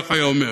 כך היה אומר.